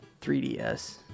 3DS